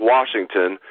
Washington